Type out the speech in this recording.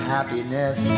Happiness